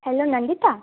hello Nandita